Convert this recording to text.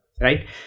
right